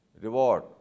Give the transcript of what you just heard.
reward